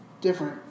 different